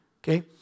Okay